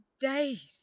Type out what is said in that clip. days